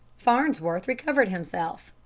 farnsworth recovered himself.